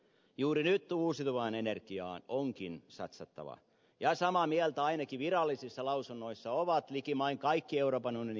juuri nyt uusiutuvaan energiaan onkin satsattava ja samaa mieltä ainakin virallisissa lausunnoissa ovat likimain kaikki euroopan unionin jäsenmaat